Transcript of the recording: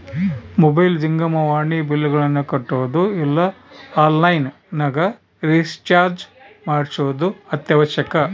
mobile ಜಂಗಮವಾಣಿ ಬಿಲ್ಲ್ಗಳನ್ನ ಕಟ್ಟೊದು ಇಲ್ಲ ಆನ್ಲೈನ್ ನಗ ರಿಚಾರ್ಜ್ ಮಾಡ್ಸೊದು ಅತ್ಯವಶ್ಯಕ